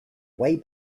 way